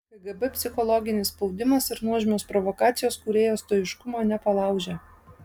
kgb psichologinis spaudimas ir nuožmios provokacijos kūrėjo stoiškumo nepalaužė